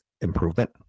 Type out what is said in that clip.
improvement